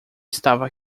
estava